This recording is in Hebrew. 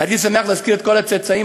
הייתי שמח להזכיר את כל הצאצאים,